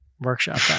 workshop